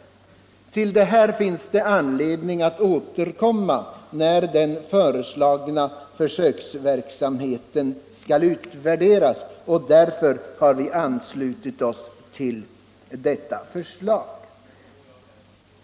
Men till detta finns det anledning återkomma när den föreslagna försöksverksamheten skall utvärderas, och därför har vi anslutit oss till utskottets ståndpunkt.